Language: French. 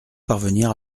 parvenir